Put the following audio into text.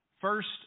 first